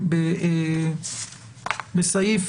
בסעיף